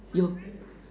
your